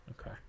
Okay